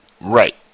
Right